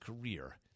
career